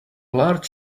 large